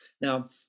Now